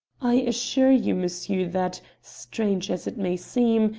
i assure you, monsieur, that, strange as it may seem,